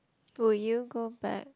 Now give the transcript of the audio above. would you go back